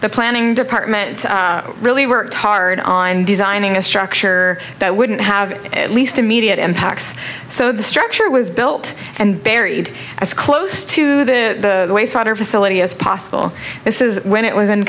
the planning department really worked hard on designing a structure that wouldn't have at least immediate impacts so the structure was built and buried as close to the wastewater facility as possible this is when it was in